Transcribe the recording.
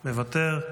מוותר,